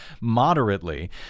moderately